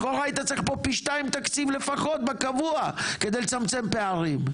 לכאורה היית צריך פה פי שניים תקציב לפחות באופן קבוע כדי לצמצמם פערים.